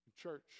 Church